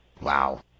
Wow